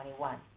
2021